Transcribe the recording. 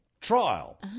Trial